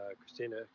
christina